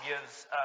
gives